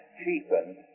cheapened